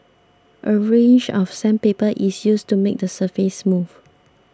a range of sandpaper is used to make the surface smooth